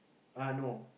uh no